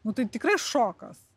nu tai tikras šokas